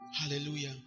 Hallelujah